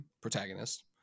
protagonist